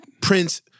Prince